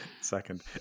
Second